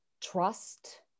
trust